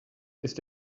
ist